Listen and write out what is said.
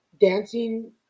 dancing